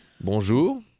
Bonjour